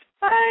Bye